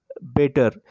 better